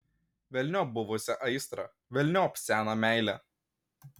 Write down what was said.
velniop buvusią aistrą velniop seną meilę